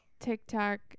tiktok